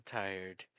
tired